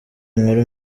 nkuru